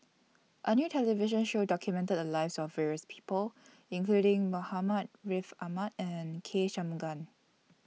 A New television Show documented The Lives of various People including Muhammad Ariff Ahmad and K Shanmugam